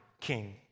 king